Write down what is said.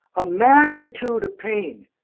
a magnitude of pain,